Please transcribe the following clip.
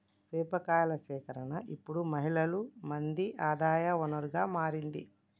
వేప కాయల సేకరణ ఇప్పుడు మహిళలు మంది ఆదాయ వనరుగా మారింది